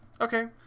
okay